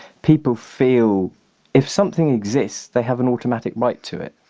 people feel if something exists, they have an automatic right to it.